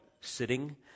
sitting